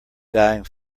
dying